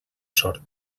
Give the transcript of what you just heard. sort